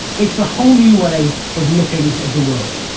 it's a whole new way of looking at the world.